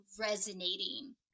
resonating